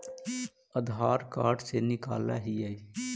आधार card से निकाल हिऐ?